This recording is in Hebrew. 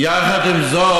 יחד עם זאת,